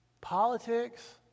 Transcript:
Politics